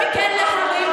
זה נאום בן דקה.